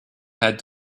had